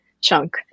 chunk